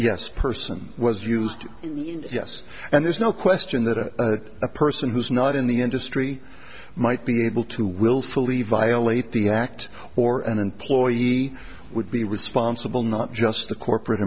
yes person was used yes and there's no question that a person who's not in the industry might be able to willfully violate the act or an employee would be responsible not just the corporate